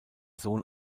sohn